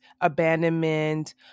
abandonment